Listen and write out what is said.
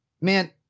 man